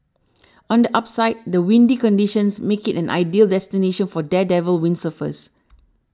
on the upside the windy conditions make it an ideal destination for daredevil windsurfers